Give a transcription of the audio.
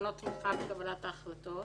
לקראת קבלת ההחלטות.